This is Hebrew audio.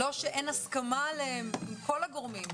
לא שאין הסכמה עליהם עם כל הגורמים,